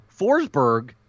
Forsberg